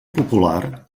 popular